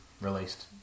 released